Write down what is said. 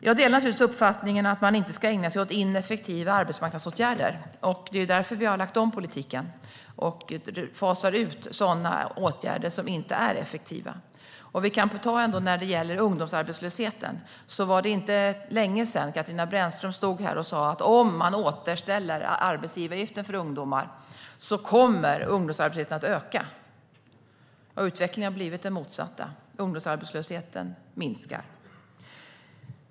Jag delar naturligtvis uppfattningen att man inte ska ägna sig åt ineffektiva arbetsmarknadsåtgärder. Det är därför vi har lagt om politiken och fasar ut sådana åtgärder som inte är effektiva. När det gäller ungdomsarbetslösheten var det inte länge sedan Katarina Brännström stod här och sa att om man återställer arbetsgivaravgiften för ungdomar kommer ungdomsarbetslösheten att öka. Utvecklingen har blivit den motsatta. Ungdomsarbetslösheten minskar.